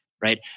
right